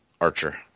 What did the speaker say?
archer